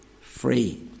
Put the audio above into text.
free